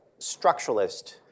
structuralist